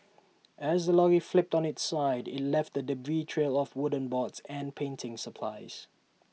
as the lorry flipped on its side IT left A debris trail of wooden boards and painting supplies